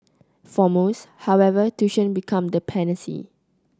for most however tuition becomes the panacea